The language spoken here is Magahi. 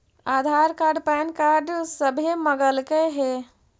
आधार कार्ड पैन कार्ड सभे मगलके हे?